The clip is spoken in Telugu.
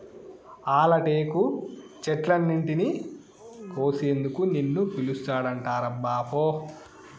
ఆల టేకు చెట్లన్నింటినీ కోసేందుకు నిన్ను పిలుస్తాండారబ్బా పో